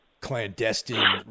clandestine